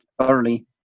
early